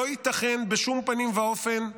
לא ייתכן בשום פנים ואופן שמחבל,